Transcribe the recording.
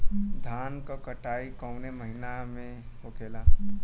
धान क कटाई कवने महीना में होखेला?